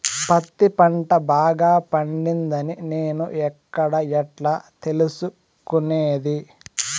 పత్తి పంట బాగా పండిందని నేను ఎక్కడ, ఎట్లా తెలుసుకునేది?